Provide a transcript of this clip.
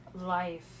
life